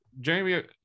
jamie